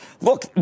look